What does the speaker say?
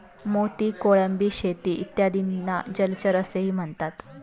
मोती, कोळंबी शेती इत्यादींना जलचर असेही म्हणतात